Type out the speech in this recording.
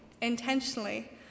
intentionally